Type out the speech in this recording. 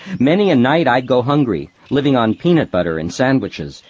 many a night i'd go hungry, living on peanut butter and sandwiches,